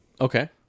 okay